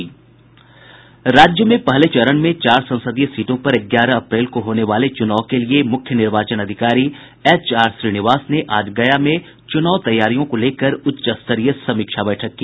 राज्य में पहले चरण में चार संसदीय सीटों पर ग्यारह अप्रैल को होने वाले चुनाव के लिये मुख्य निर्वाचन अधिकारी एच आर श्रीनिवास ने आज गया में चुनाव तैयारियों को लेकर उच्चस्तरीय समीक्षा बैठक की